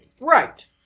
Right